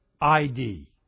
ID